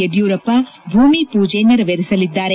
ಯಡಿಯೂರಪ್ಪ ಭೂಮಿ ಪೂಜೆ ನೆರವೇರಿಸಲಿದ್ದಾರೆ